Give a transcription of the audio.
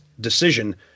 decision